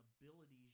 abilities